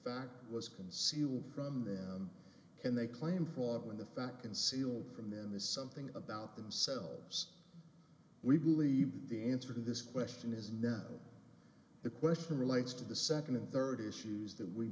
fact was concealed from the can they claim for when the fact concealed from them is something about themselves we believe the answer to this question is not the question relates to the second and third issues that we